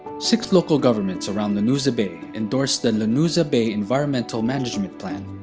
six local governments around lanuza bay endorsed the and lanuza bay environmental management plan.